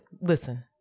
Listen